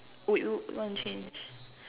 wanna change